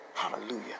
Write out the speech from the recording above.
Hallelujah